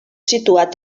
situat